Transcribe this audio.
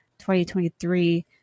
2023